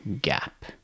gap